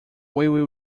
will